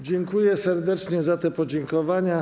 Dziękuję serdecznie za te podziękowania.